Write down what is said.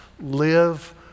live